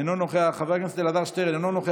אינו נוכח, חבר הכנסת יוסף ג'בארין, אינו נוכח,